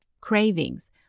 cravings